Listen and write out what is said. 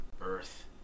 earth